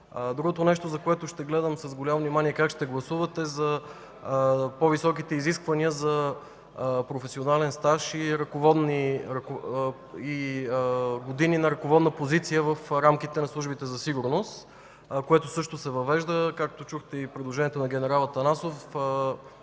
Другото нещо, което ще гледам с голямо внимание как ще гласуват, е за по-високите изисквания за професионален стаж и години на ръководна позиция в рамките на службите за сигурност, което също се въвежда. Както чухте предложението на господин Атанасов